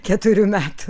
keturių metų